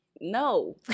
No